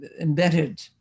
embedded